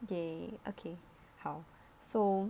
okay okay 好 so